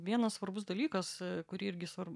vienas svarbus dalykas kurį irgi svarbu